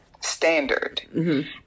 Standard